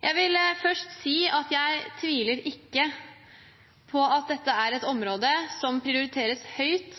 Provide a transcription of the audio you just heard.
Jeg vil først si at jeg tviler ikke på at dette er et område som prioriteres høyt